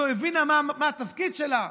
לא הבינה מה התפקיד שלה,